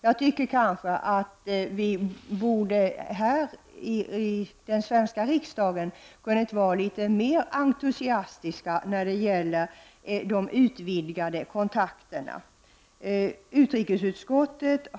Jag tycker kanske att vi här, i den svenska riksdagen, hade kunnat vara litet mer entusiastiska när det gäller de utvidgade kontakterna på detta område.